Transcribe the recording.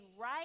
right